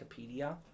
Wikipedia